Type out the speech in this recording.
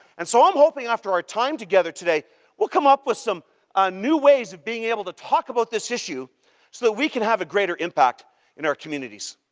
and so, i'm hoping after our time together today we'll come up with some new ways of being able to talk about this issue, so that we can have a greater impact in our communities.